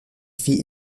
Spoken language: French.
fit